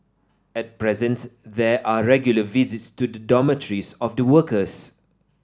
at present there are regular visits to the dormitories of the workers